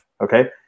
okay